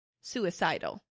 suicidal